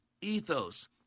Ethos